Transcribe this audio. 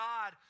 God